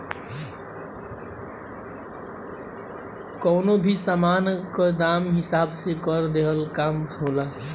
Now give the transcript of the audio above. कवनो भी सामान कअ दाम के हिसाब से कर लेहला के काम होला